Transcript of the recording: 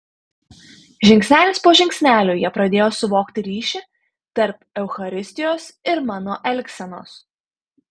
žingsnelis po žingsnelio jie pradėjo suvokti ryšį tarp eucharistijos ir mano elgsenos